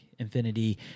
Infinity